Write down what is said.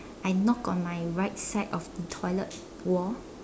I knocked on my right side of the toilet wall